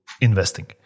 investing